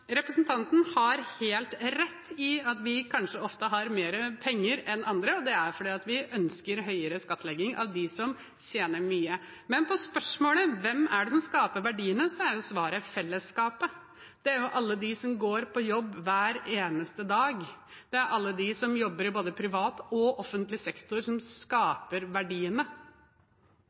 Representanten har helt rett i at vi kanskje ofte har mer penger enn andre, og det er fordi vi ønsker høyere skattlegging av dem som tjener mye. Men på spørsmålet om hvem som skaper verdiene, så er jo svaret fellesskapet. Det er alle de som går på jobb hver eneste dag, det er alle de som jobber, i både privat og offentlig sektor, som skaper verdiene.